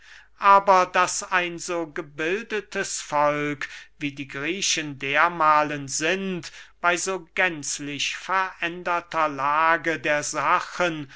aber daß ein so gebildetes volk wie die griechen dermahlen sind bey so gänzlich veränderter lage der sachen